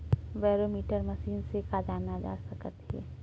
Barometer machine से का जाना जा सकत हे?